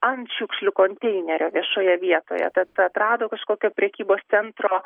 ant šiukšlių konteinerio viešoje vietoje tad atrado kažkokio prekybos centro